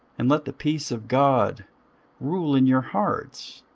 and let the peace of god rule in your hearts,